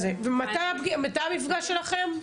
מתי המפגש שלכם?